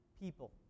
people